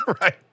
Right